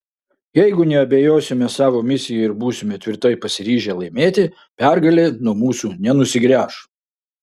jeigu neabejosime savo misija ir būsime tvirtai pasiryžę laimėti pergalė nuo mūsų nenusigręš